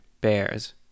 Bears